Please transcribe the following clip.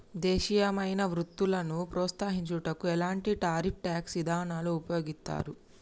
దేశీయమైన వృత్పత్తులను ప్రోత్సహించుటకు ఎలాంటి టారిఫ్ ట్యాక్స్ ఇదానాలు ఉపయోగిత్తారు